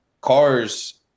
cars